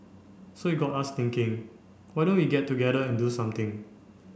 so it got us thinking why don't we get together and do something